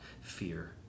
fear